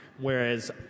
whereas